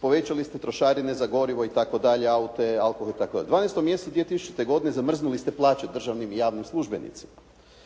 povećali ste trošarine za gorivo itd., aute, alkohol itd. U 12. mjesecu 2000. godine zamrznuli ste plaće državnim i javnim službenicima.